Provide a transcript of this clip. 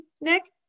Nick